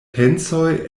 pensoj